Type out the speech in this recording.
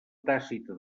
tàcita